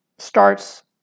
starts